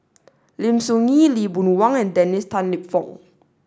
Lim Soo Ngee Lee Boon Wang and Dennis Tan Lip Fong